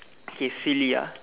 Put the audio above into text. okay silly ah